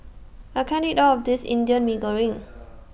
I can't eat All of This Indian Mee Goreng